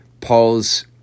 Paul's